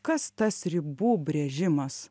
kas tas ribų brėžimas